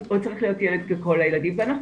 הוא צריך להיות ילד ככל הילדים' ואנחנו